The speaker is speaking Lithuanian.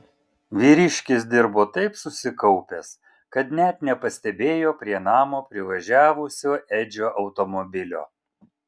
vyriškis dirbo taip susikaupęs kad net nepastebėjo prie namo privažiavusio edžio automobilio